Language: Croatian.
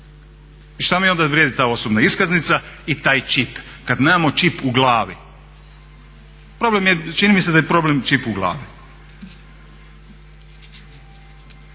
I šta mi onda vrijedi ta osobna iskaznica i taj čip kada nemamo čip u glavi. Problem je, čini mi se da je problem čip u glavi.